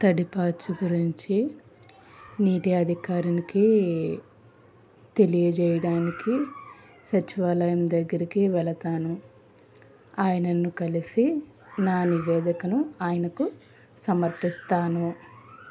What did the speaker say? తడి పాచ్ గురించి నీటి అధికారినికి తెలియజేయడానికి సచివాలయం దగ్గరికి వెళతాను ఆయనన్ను కలిసి నా నివేదకను ఆయనకు సమర్పిస్తాను